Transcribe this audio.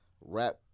rap